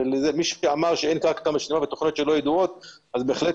מי שאמר שאין קרקע משלימה בתכניות שלא ידועות בהחלט